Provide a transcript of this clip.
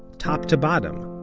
top to bottom.